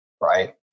right